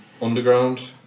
Underground